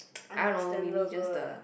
understandable lah